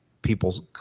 People's